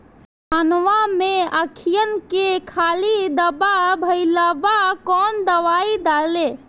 धनवा मै अखियन के खानि धबा भयीलबा कौन दवाई डाले?